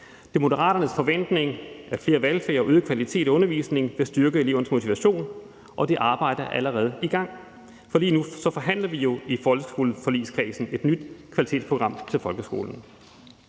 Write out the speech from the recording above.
Det er Moderaternes forventning, at flere valgfag og øget kvalitet af undervisningen vil styrke elevernes motivation, og det arbejde er allerede i gang. For lige nu forhandler vi jo i folkeskoleforligskredsen et nyt kvalitetsprogram til folkeskolen.